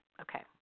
okay